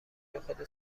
نخود